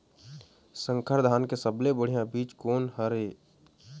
संकर धान के सबले बढ़िया बीज कोन हर ये?